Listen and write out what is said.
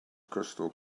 crystal